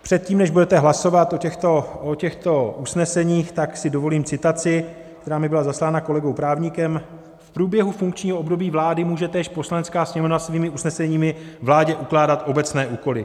Předtím, než budete hlasovat o těchto usneseních, tak si dovolím citaci, která mi byla zaslána kolegou právníkem: V průběhu funkčního období vlády může též Poslanecká sněmovna svými usneseními vládě ukládat obecné úkoly.